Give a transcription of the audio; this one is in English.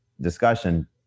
discussion